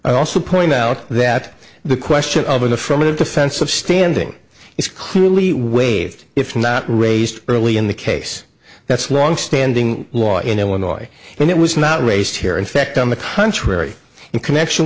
i also point out that the question of an affirmative defense of standing is clearly waived if not raised early in the case that's longstanding law in illinois and it was not raised here in fact on the contrary in connection